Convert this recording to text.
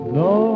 no